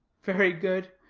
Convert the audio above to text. very good.